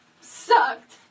sucked